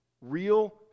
real